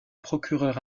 procureur